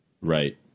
right